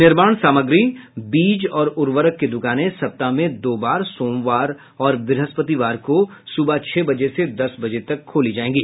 निर्माण सामग्री बीज और उर्वरक की दुकानें सप्ताह में दो बार सोमवार और ब्रहस्पतिवार को सुबह छह बजे से दस बजे तक खोली जाएंगी